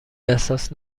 احساس